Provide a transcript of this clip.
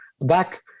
back